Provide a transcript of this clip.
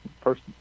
first